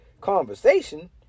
conversation